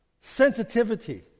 sensitivity